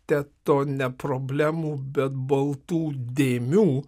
teto ne problemų bet baltų dėmių